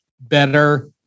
better